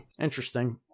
interesting